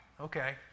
Okay